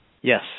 Yes